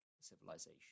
civilization